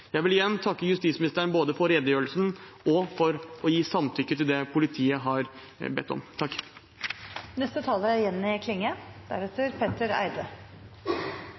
Jeg vil igjen takke justisministeren både for redegjørelsen og for å gi samtykke til det politiet har bedt om. Når vi er